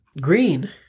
Green